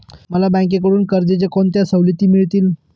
मला बँकेकडून कर्जाच्या कोणत्या सवलती मिळतील?